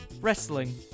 wrestling